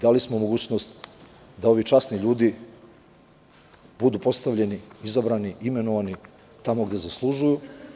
Dali smo mogućnost da ovi časni ljudi budu postavljeni, izabrani i imenovani tamo gde zaslužuju.